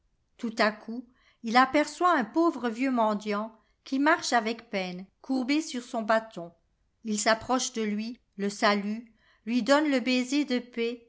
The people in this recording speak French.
tout à coup il aperçoit un pauvre vieux mendiant qui marche avec peine courbé sur son bâton il s'approche de lui le salue lui donne le baiser de paix